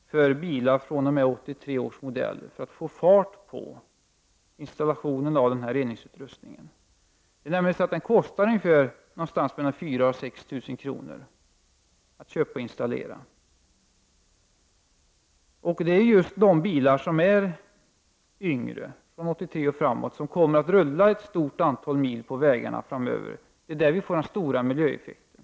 för bilar fr.o.m. 1983 års modell. Vi skulle behöva få fart på installation av denna reningsutrustning. Den kostar mellan 4 000 och 6 000 kr. att köpa och installera. Bilarna från 1983 och framåt kommer att rulla ett stort antal mil på vägarna framöver. Där får vi de stora miljöeffekterna.